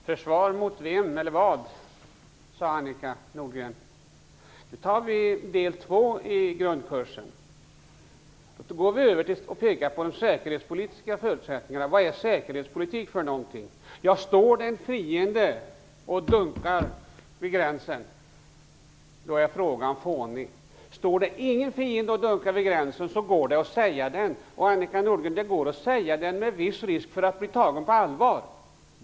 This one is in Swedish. Fru talman! Försvar mot vem eller vad?, sade Annika Nordgren. Då tar vi del två i grundkursen. Vi går över till att tala om de säkerhetspolitiska förutsättningarna. Vad är säkerhetspolitik för någonting? Står det en fiende och dunkar vid gränsen är frågan fånig. Står det ingen fiende och dunkar vid gränsen går det att säga den, och det går att säga den, Annika Nordgren, med viss risk för att bli tagen på allvar.